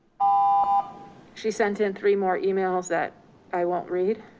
ah she sent in three more emails that i won't read.